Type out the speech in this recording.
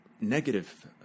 negative